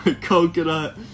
coconut